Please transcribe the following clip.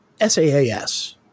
SAAS